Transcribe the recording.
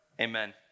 Amen